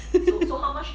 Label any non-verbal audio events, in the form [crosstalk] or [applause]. [laughs]